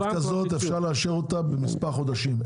אפשר לאשר תב"ע כזו במספר חודשים.